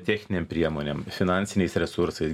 techninėm priemonėm finansiniais resursais